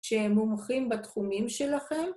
‫שהם מומחים בתחומים שלכם.